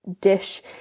dish